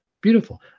Beautiful